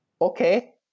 okay